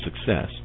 success